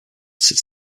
sits